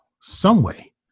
someway